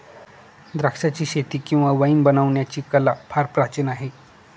द्राक्षाचीशेती किंवा वाईन बनवण्याची कला फार प्राचीन आहे